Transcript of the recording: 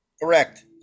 Correct